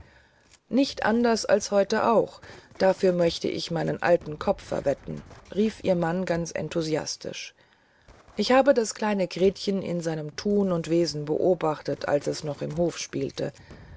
nicht anders als heute auch dafür möchte ich meinen alten kopf verwetten rief ihr mann ganz enthusiastisch ich habe das kleine gretchen in seinem thun und wesen beobachtet als es noch im hofe spielte